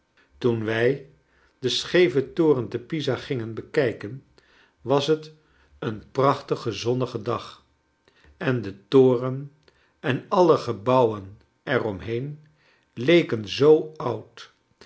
toen wij den scheven toren te pisa gingen bekijken was het een prachtige zonnige dag en de toren en alle gebouwen er om heen leken zoo oud